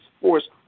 force